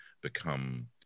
become